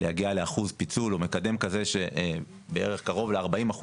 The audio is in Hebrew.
להגיע לאחוז פיצול או מקדם כזה שבערך 40%